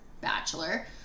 bachelor